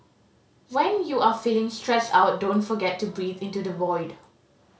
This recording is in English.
when you are feeling stressed out don't forget to breathe into the void